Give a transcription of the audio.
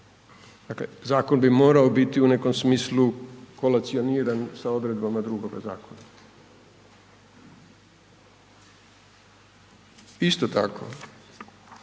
Dakle, zakon bi morao biti u nekom smislu kolacioniran sa odredbama drugoga zakona. Isto tako,